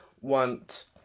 want